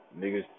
Niggas